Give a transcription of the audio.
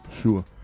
sure